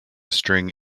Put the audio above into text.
string